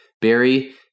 Barry